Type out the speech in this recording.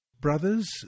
Brothers